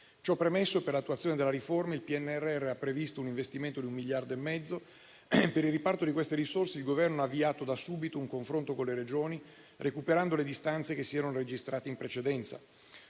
Ciò premesso, per l'attuazione della riforma il PNRR ha previsto un investimento di 1,5 miliardi. Per il riparto di queste risorse, il Governo ha avviato da subito un confronto con le Regioni, recuperando le distanze che si erano registrate in precedenza.